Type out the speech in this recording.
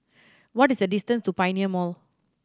what is the distance to Pioneer Mall